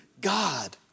God